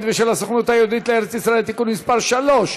ושל הסוכנות היהודית לארץ-ישראל (תיקון מס' 3),